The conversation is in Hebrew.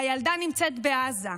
והילדה נמצאת בעזה.